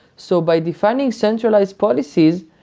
so by defining centralized policies,